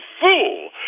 fool